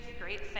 great